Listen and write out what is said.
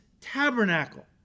tabernacle